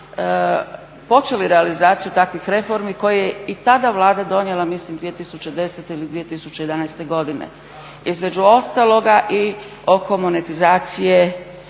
počeli realizaciju takvih reformi koje je i tada Vlada donijela mislim 2010. ili 2011. godine. Između ostaloga i oko monetizacije